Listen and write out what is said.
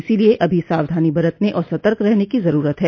इसलिए अभी सावधानी बरतने और सतर्क रहने की जरूरत हैं